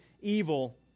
evil